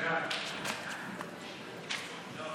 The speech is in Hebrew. יש פה